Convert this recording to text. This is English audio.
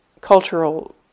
cultural